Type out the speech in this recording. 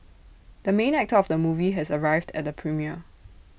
the main actor of the movie has arrived at the premiere